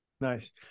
Nice